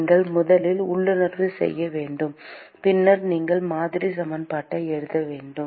நீங்கள் முதலில் உள்ளுணர்வு செய்ய வேண்டும் பின்னர் நீங்கள் மாதிரி சமன்பாட்டை எழுத வேண்டும்